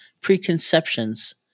preconceptions